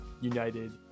United